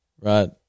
right